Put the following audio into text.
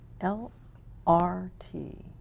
L-R-T